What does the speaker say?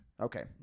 okay